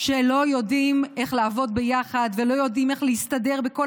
שלא יודעים איך לעבוד ביחד ולא יודעים איך להסתדר בכל